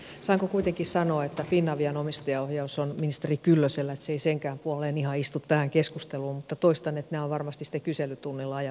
saanko kuitenkin sanoa että finavian omistajaohjaus on ministeri kyllösellä että se ei senkään puolesta ihan istu tähän keskusteluun